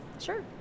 Sure